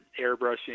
airbrushing